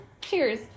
cheers